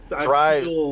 drives